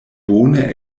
bone